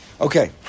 Okay